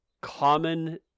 common